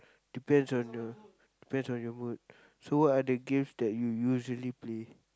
depends on your depends on your mood so what are the games that you usually play